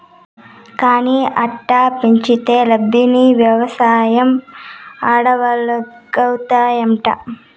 కానీ అట్టా పెంచితే లాబ్మని, వెవసాయం అడవుల్లాగౌతాయంట